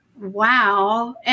Wow